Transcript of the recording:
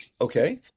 okay